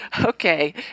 Okay